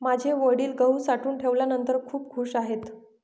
माझे वडील गहू साठवून ठेवल्यानंतर खूप खूश आहेत